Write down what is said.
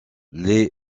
les